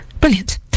brilliant